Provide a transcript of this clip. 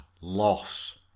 Loss